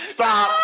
Stop